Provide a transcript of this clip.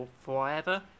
forever